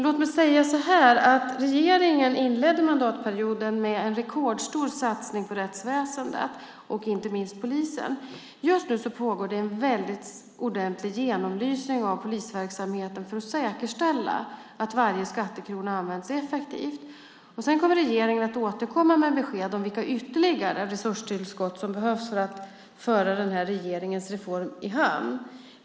Låt mig säga så här: Regeringen inledde mandatperioden med en rekordstor satsning på rättsväsendet och inte minst polisen. Just nu pågår det en ordentlig genomlysning av polisverksamheten för att säkerställa att varje skattekrona används effektivt. Sedan kommer regeringen att återkomma med besked om vilka ytterligare resurstillskott som behövs för att föra den här regeringens reform i hamn.